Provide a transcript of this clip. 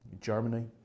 Germany